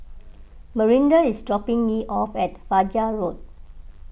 Marinda is dropping me off at Fajar Road